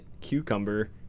Cucumber